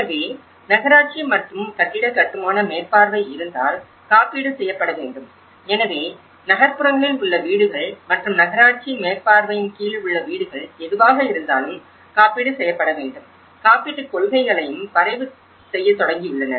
எனவே நகராட்சி மற்றும் கட்டிட கட்டுமான மேற்பார்வை இருந்தால் காப்பீடு செய்யப்பட வேண்டும் எனவே நகர்ப்புறங்களில் உள்ள வீடுகள் மற்றும் நகராட்சி மேற்பார்வையின் கீழ் உள்ள வீடுகள் எதுவாக இருந்தாலும் காப்பீடு செய்யப்பட வேண்டும் காப்பீட்டுக் கொள்கைகளையும் வரைவு செய்யத் தொடங்கியுள்ளன